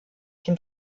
dem